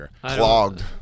clogged